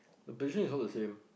the position is all the same